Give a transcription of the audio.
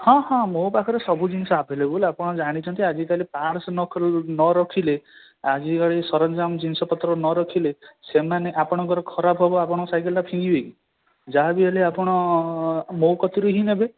ହଁ ହଁ ମୋ ପାଖରେ ସବୁ ଜିନିଷ ଆଭେଲେବଲ୍ ଆପଣ ଜାଣିଛନ୍ତି ଆଜିକାଲି ପାର୍ଟ୍ସ ନ ରଖିଲେ ଆଜିକାଲି ସରଞ୍ଜାମ ଜିନିଷପତ୍ର ନରଖିଲେ ସେମାନେ ଆପଣଙ୍କର ଖରାପ ହେବ ଆପଣ ସାଇକେଲଟା ଫିଙ୍ଗିବେ କି ଯାହାହେଲେ ଆପଣ ମୋ କତିରୁ ହିଁ ନେବେ